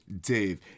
Dave